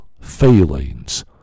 feelings